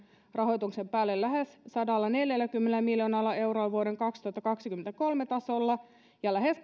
rahoituksen päälle lähes sadallaneljälläkymmenellä miljoonalla eurolla vuoden kaksituhattakaksikymmentäkolme tasolla ja lähes